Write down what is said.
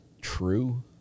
true